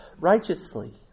righteously